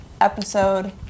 episode